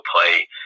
play